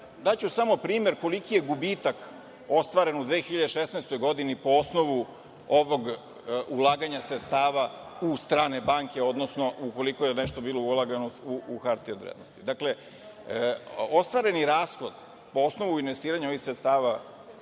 daću samo primer koliki je gubitak ostvaren u 2016. godini po osnovu ovog ulaganja sredstava u strane banke, odnosno ukoliko je nešto bilo ulagano u hartije od vrednosti. Dakle, ostvareni rashod po osnovu investiranja ovih sredstava